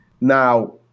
Now